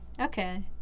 Okay